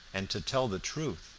and to tell the truth,